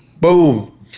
boom